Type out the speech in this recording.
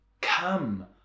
Come